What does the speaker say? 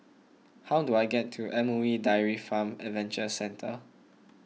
how do I get to M O E Dairy Farm Adventure Centre